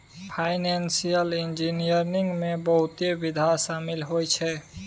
financial engineering में बहुते विधा शामिल होइ छै